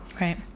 Right